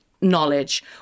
knowledge